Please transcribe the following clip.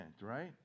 right